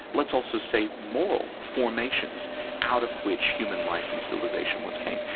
let's also say moral formations out of which human life and civilisation once came.